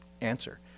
answer